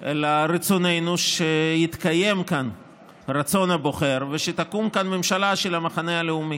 אלא רצוננו שיתקיים כאן רצון הבוחר ושתקום כאן ממשלה של המחנה הלאומי.